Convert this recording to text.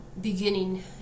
beginning